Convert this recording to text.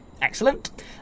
Excellent